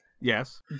yes